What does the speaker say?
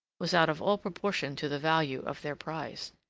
was out of all proportion to the value of their prize.